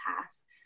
past